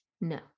No